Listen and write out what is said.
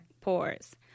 pores